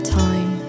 time